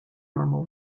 normal